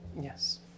Yes